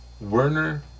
Werner